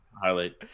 highlight